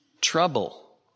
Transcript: trouble